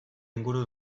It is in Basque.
inguru